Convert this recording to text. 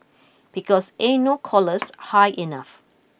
because ain't no collars high enough